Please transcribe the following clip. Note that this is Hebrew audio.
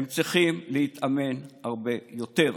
הם צריכים להתאמן הרבה יותר,